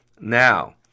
Now